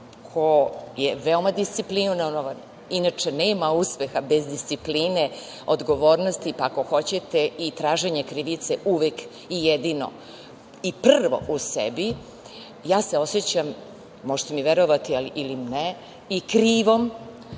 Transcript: ko je veoma disciplinovan, inače, nema uspeha bez discipline, odgovornosti, pa ako hoćete i traženja krivice uvek, jedino i prvo u sebi. Ja se osećam, možete mi verovati ili ne i krivom